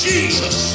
Jesus